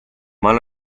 mano